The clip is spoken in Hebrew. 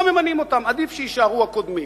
לא ממנים אותם, עדיף שיישארו הקודמים.